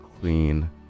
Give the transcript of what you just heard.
Clean